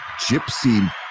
Gypsy